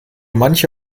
manche